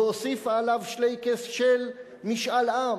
והוסיפה עליו שלייקעס של משאל עם,